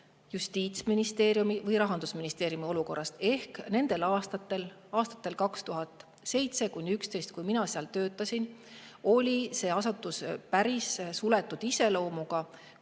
Justiitsministeeriumi või Rahandusministeeriumi olukorrast. Aastatel 2007–2011, kui mina seal töötasin, oli see asutus päris suletud iseloomuga,